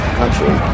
country